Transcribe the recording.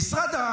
המשרד,